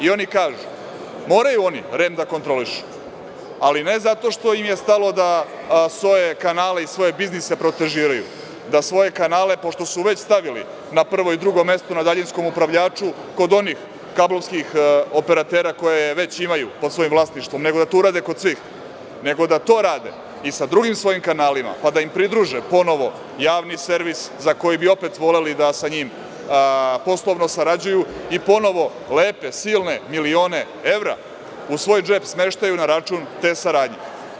Oni kažu da moraju oni REM da kontrolišu, ali ne zato što im je stalo da svoje kanale i svoje biznise protežiraju, da svoje kanale, pošto su već stavili na prvo i drugo mesto na daljinskom upravljaču kod onih kablovskih operatera koje već imaju pod svojim vlasništvom, nego da to urade kod svih, nego da to rade i sa drugim svojim kanalima, pa da im pridruže ponovo Javni servis za koji bi opet voleli da sa njim poslovno sarađuju i ponovo lepe, silne milione evra u svoj džep smeštaju na račun te saradnje.